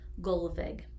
Golovig